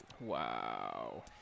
Wow